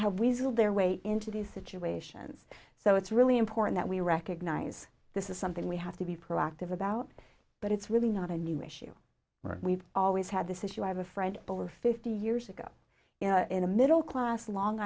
have weaseled their way into these situations so it's really important that we recognize this is something we have to be proactive about but it's really not a new issue we've always had this issue i have a friend over fifty years ago in a middle class long